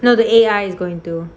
no the A_I is going to do